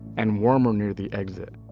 and warmer near the exit,